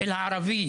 גם בטיפול באזרח ערבי